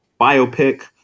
biopic